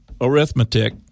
arithmetic